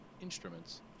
instruments